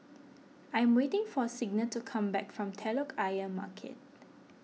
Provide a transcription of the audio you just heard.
I am waiting for Signa to come back from Telok Ayer Market